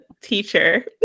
teacher